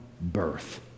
birth